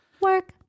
Work